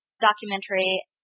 documentary